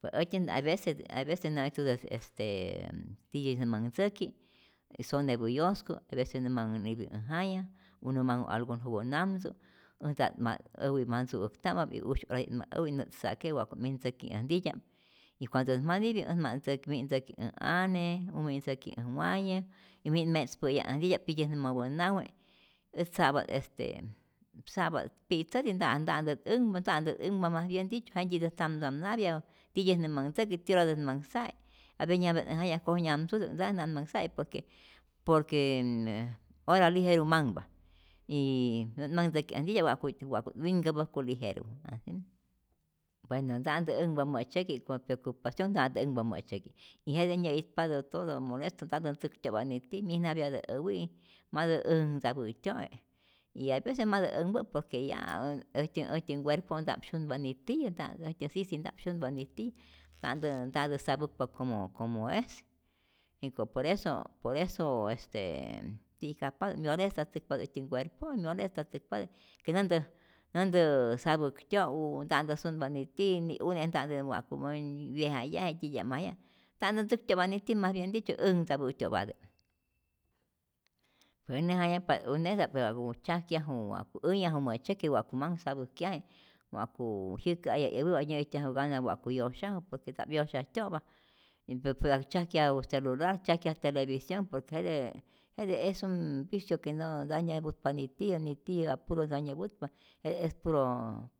Pe äjtyä't hay veces hay veces nä'ijtutät est tityä nä manh tzäki, sonepä yosku, parece nä manh nipi äj jaya u nä manh'u algun juwä namtzu, äjt nta't, ma äwi', mantzu'äkta'ma'p y usy'orati't ma äwi y nä't sa'ke wa'ku't min ntzäki äj ntitya'p, y cuandotä't ma nipi', äj ma't ntzäki, mi't ntzäki äj ane u mi't ntzäki äj waye y mi't me'tzpäyaj äj ntitya'p tityä't nä mapä nawe', äj sa'pa't este sa'pa't pi'tzäti, nta'ntä't änhpa nta'ntä't änhpa mas bien dicho, jentyitä't tzamtzamnapya tityä't nä manh ntzäki, ti'oratä nä manh sa'e, aveces nyäjapya't äj jaya'i, koj nyamtzutä'k, nta nä't manh sa'e, por que por que ora lijeru manhpa yy nä't manh tzäki äj ntitya'p wa'ku't wa'ku't winkäpäjku lijeru, asi, bueno nta'ntä änhpa mä'tzyäki por preocupación nta'ntä änhpa mä'tzyäki y jete nyä'itpatä todo molesto, ntatä ntzäktyo'pa nitiyä myijnapyatä äwi' matä änhtzapä'tyo'e' y aveces matä änhpä', por que yaää äjtyä äjtyä nkuerpo' nta'p syunpa nitiyä nta äjtyä sijsi nta'p syunpa nitiyä nta'ntä ntatä sapäkpa como como es, jiko' por eso por eso este ti'kajpatä, myolestatzäkpatä äjtyä nkuerpo'i myolestatzäkpatä, pe näntä näntä sapäktyo'u, nta'ntä sunpa nitiyä, ni une' nta'ntä wa'ku manh wyejayaje titya'majya', nta'ntä ntzäktyo'pa nitiyä, mas bien dicho änhtza'pä'tyo'pätä, äj näjmayajapa't uneta'p pe wa'ku tzyajkyaju, wa'ku änhyaju mä'tzyäki', wa'ku manh sapäjkyaje, wa'ku jyäkä'ayaj 'yäwi', wa nyä'ijtyaju gana wa'ku yosyaju, por que nta'p yosyajtyopa y pue wa tzyajkyaju celular, tzyajkyaj televisión por que jete jete es un vicio que no nta nyäputpa nitiyä, nitiyä apuro nta nyäputpa, jete es puro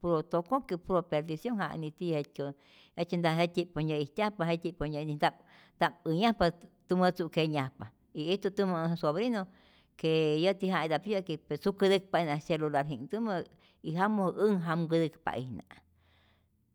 puro tokokyu', puro perdición ja i nitiyä jetyo, jejtzye nta jet'tyi po nyä'ijtyajpa, jet'tyi'p po nyä nta'p nta'p änhyajpa, tumä tzu' kenyajpa, y ijtu tumä äj sobrino que yäti ja ita'p yä'ki pe tzu'kätäkpa'ijna cyelular'ji'nhtumä y jamo' änhjamkätäkpa'ijna.